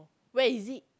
where is it